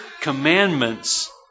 commandments